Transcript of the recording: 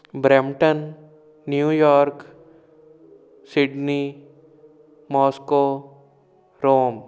Brampton New York Sydney Moscow Rome